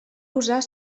usar